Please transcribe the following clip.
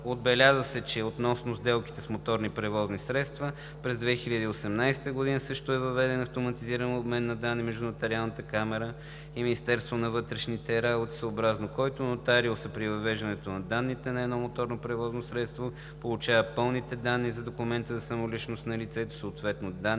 Отбеляза се, че относно сделките с моторните превозни средства през 2018 г. също е въведен автоматизиран обмен на данни между Нотариалната камара и Министерството на вътрешните работи, съобразно който нотариусът при въвеждането на данните на едно моторно превозно средство получава пълните данни за документа за самоличност на лицето, съответно и данни